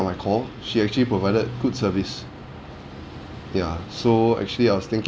up my call she actually provided good service ya so actually I was think~